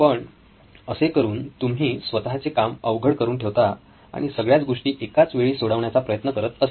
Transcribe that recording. पण असे करून तुम्ही स्वतःचे काम अवघड करून ठेवता आणि सगळ्या गोष्टी एकाच वेळी सोडवण्याचा प्रयत्न करत असता